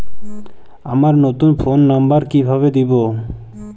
আমার নতুন phone number কিভাবে দিবো?